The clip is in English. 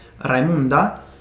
Raimunda